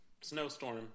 Snowstorm